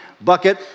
bucket